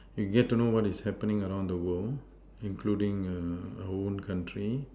I get to know what is happening around the world including your own country